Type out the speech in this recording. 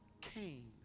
Cain